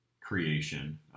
creation